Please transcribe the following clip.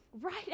right